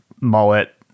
mullet